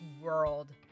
world